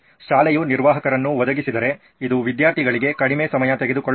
ಶಾಲೆಯು ನಿರ್ವಾಹಕರನ್ನು ಒದಗಿಸಿದರೆ ಇದು ವಿದ್ಯಾರ್ಥಿಗಳಿಗೆ ಕಡಿಮೆ ಸಮಯ ತೆಗೆದುಕೊಳ್ಳುತ್ತದೆ